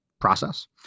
process